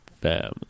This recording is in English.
Family